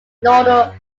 nodal